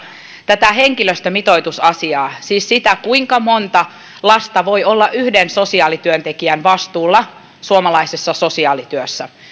tätä henkilöstömitoitusasiaa siis sitä kuinka monta lasta voi olla yhden sosiaalityöntekijän vastuulla suomalaisessa sosiaalityössä